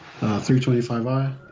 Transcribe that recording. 325i